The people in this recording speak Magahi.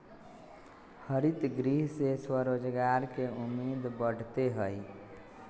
हरितगृह से स्वरोजगार के उम्मीद बढ़ते हई